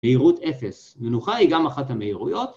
מהירות אפס, מנוחה היא גם אחת המהירויות